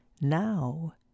now